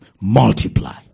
Multiply